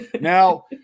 Now